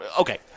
Okay